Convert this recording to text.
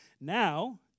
Now